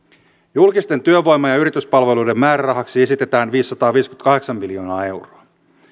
julkisten työvoima ja yrityspalveluiden määrärahaksi esitetään viisisataaviisikymmentäkahdeksan miljoonaa euroa